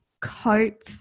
cope